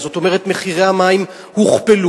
זאת אומרת, מחירי המים הוכפלו.